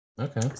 Okay